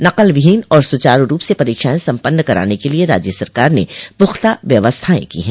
नकलविहीन और सुचारू रूप से परीक्षाएं सम्पन्न कराने के लिये राज्य सरकार ने प्रख्ता व्यवस्थाएं की है